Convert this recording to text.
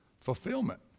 Fulfillment